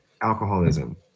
alcoholism